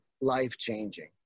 life-changing